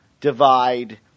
divide